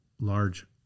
large